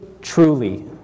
truly